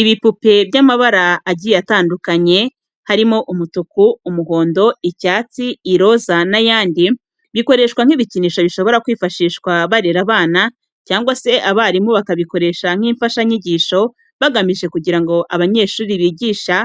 Ibipupe by'amabara agiye atandukanye harimo umutuku, umuhondo, icyatsi, iroza n'ayandi, bikoreshwa nk'ibikinisho bishobora kwifashishwa barera abana cyangwa se abarimu bakabikoresha nk'imfashanyigisho bagamije kugira ngo abanyeshuri bigisha